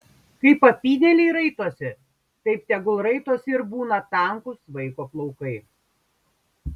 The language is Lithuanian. kaip apynėliai raitosi taip tegul raitosi ir būna tankūs vaiko plaukai